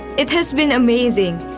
it has been amazing.